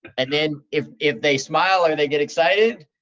and then if if they smile or they get excited,